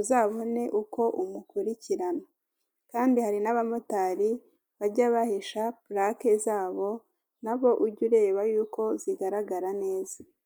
uzabone uko umukurikirana. Kandi hari n'abamotari bajya bahisha purake zabo, nabo ujye ureba yuko zigaragara neza.